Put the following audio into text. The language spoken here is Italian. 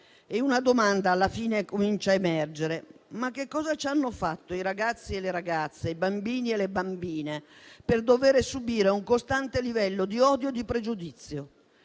una domanda alla fine comincia a emergere: ma che cosa ci hanno fatto i ragazzi e le ragazze, i bambini e le bambine per dover subire un costante livello di odio e di pregiudizio?